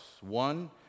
One